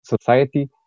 society